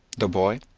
the boy,